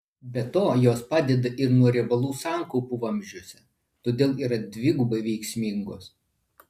be to jos padeda ir nuo riebalų sankaupų vamzdžiuose todėl yra dvigubai veiksmingos